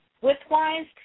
Width-wise